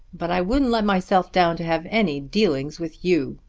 but i wouldn't let myself down to have any dealings with you.